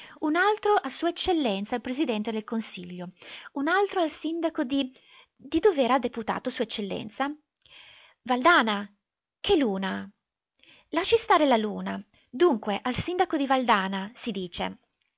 un altro a s e il presidente del consiglio un altro al sindaco di di dov'era deputato sua eccellenza valdana che luna lasci stare la luna dunque al sindaco di valdana si dice